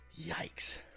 Yikes